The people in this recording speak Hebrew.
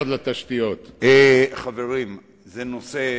סליחה, אדוני שר האוצר, זה לגיטימי מאוד.